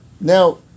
Now